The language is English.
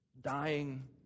dying